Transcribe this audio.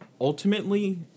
Ultimately